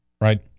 right